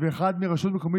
ואיך זה היה נראה וכמה,